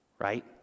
right